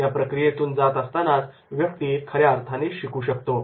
या प्रक्रियेतून जात असतानाच व्यक्ती खऱ्या अर्थाने शिकू शकतो